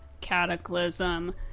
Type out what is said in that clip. Cataclysm